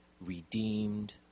redeemed